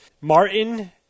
Martin